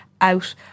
out